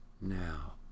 now